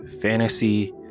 fantasy